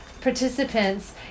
participants